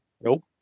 nope